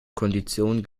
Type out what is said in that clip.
konditionen